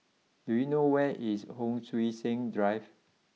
do you know where is Hon Sui Sen Drive